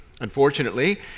unfortunately